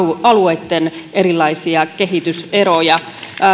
alueitten erilaisia kehityseroja